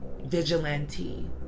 vigilante